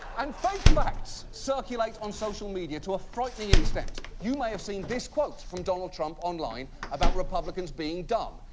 and fake facts circulate on social media to a frightening extent. you may have seen this quote from donald trump online about republicans being dumb.